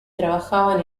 trabajaban